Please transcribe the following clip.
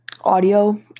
audio